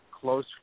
close